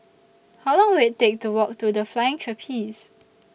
How Long Will IT Take to Walk to The Flying Trapeze